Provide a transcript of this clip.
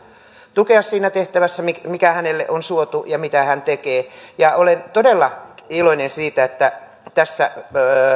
tukea siinä tehtävässä mikä hänelle on suotu ja mitä hän tekee olen todella iloinen siitä että tässä